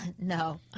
No